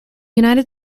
united